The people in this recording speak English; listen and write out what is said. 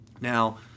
now